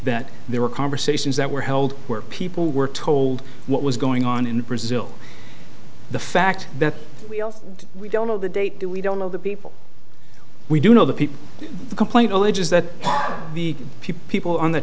that there were conversations that were held where people were told what was going on in brazil the fact that we don't know the date that we don't know the people we do know the people the complaint alleges that the people